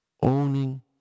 owning